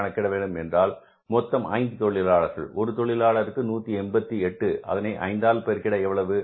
கணக்கிட வேண்டும் என்றால் மொத்தம் 5 தொழிலாளர்கள் ஒரு தொழிலாளருக்கு 188 அதனை ஐந்தால் பெருக்கிட எவ்வளவு